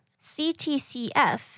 CTCF